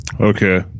Okay